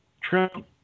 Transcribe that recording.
Trump